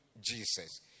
Jesus